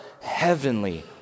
heavenly